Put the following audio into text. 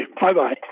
Bye-bye